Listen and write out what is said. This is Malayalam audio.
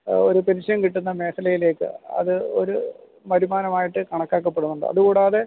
ഒരു പെൻഷൻ കിട്ടുന്ന മേഘലയിലേക്ക് അത് ഒരു വരുമാനമായിട്ട് കണക്കാക്കപ്പെടുന്നുണ്ട് അതുകൂടാതെ